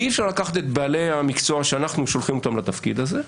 אי אפשר לקחת את בעלי המקצוע שאנחנו שולחים אותם לתפקיד הזה,